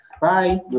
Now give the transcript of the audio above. Bye